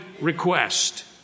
request